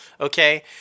okay